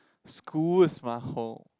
school is my home